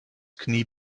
knie